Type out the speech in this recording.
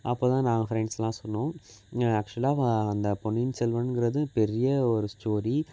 அப்போது தான் நாங்கள் ஃப்ரெண்ட்ஸ்லாம் சொன்னோம் ஆக்ஷுவலாக வா அந்த பொன்னியின் செல்வன்ங்கிறது பெரிய ஒரு ஸ்டோரி